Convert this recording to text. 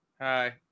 hi